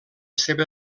seva